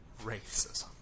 racism